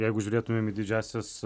jeigu žiūrėtumėm į didžiąsias